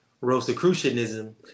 Rosicrucianism